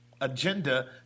agenda